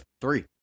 Three